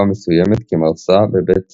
לתקופה מסוימת, כמרצה בבית